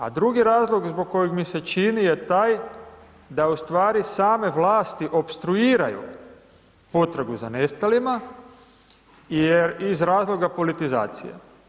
A drugi razlog zbog kojeg mi se čini je taj da ustvari same vlasti opstruiraju potragu za nestalima jer iz razloga politizacije.